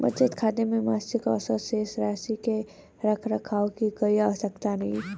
बचत खाते में मासिक औसत शेष राशि के रख रखाव की कोई आवश्यकता नहीं